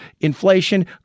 inflation